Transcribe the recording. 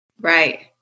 right